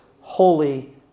holy